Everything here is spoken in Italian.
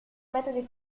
metodi